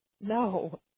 No